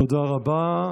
תודה רבה.